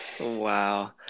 wow